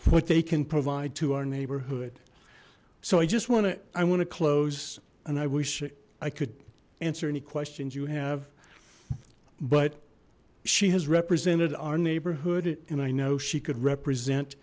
what they can provide to our neighborhood so i just want to i want to close and i wish i could answer any questions you have but she has represented our neighborhood and i know she could represent